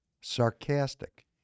sarcastic